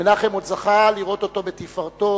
מנחם עוד זכה לראות אותו בתפארתו,